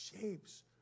shapes